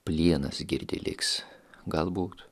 plienas girdi liks galbūt